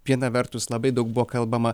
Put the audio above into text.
viena vertus labai daug buvo kalbama